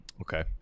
Okay